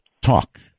talk